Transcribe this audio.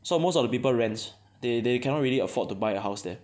so most of the people rents they they cannot really afford to buy a house there